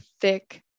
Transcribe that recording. thick